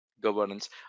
governance